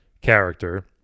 character